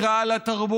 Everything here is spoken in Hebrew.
היא רעה לתרבות,